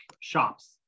shops